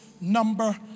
number